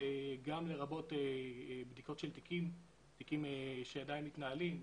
גם לרבות בדיקות של תיקים שעדיין מתנהלים,